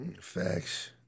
facts